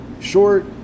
short